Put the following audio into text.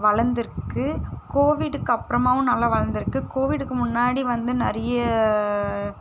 வளர்ந்துருக்கு கோவிடுக்கும் அப்புறமாவும் நல்லா வளர்ந்துருக்கு கோவிடுக்கும் முன்னாடி வந்து நிறைய